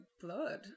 blood